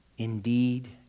Indeed